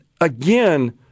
again